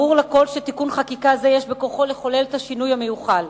ברור לכול שתיקון חקיקה זה יש בכוחו לחולל את השינוי המיוחל.